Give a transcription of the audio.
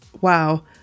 wow